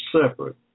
separate